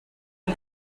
ond